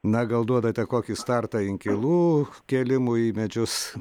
na gal duodate kokį startą inkilų kėlimui į medžius